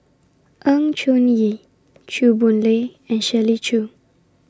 Choon Yee Chew Boon Lay and Shirley Chew